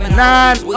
nine